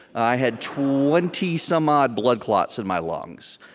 i had twenty some odd blood clots in my lungs.